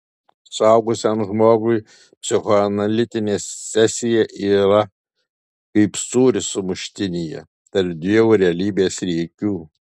suaugusiam žmogui psichoanalitinė sesija yra kaip sūris sumuštinyje tarp dviejų realybės riekių